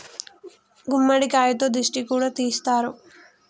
గుమ్మడికాయతో దిష్టి కూడా తీస్తారు